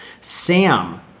Sam